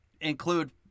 Include